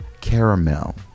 Caramel